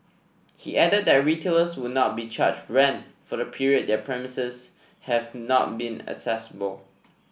he added that retailers would not be charged rent for the period their premises have not been accessible